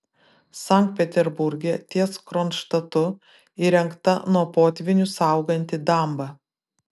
sankt peterburge ties kronštatu įrengta nuo potvynių sauganti damba